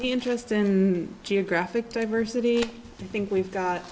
the interest in geographic diversity i think we've got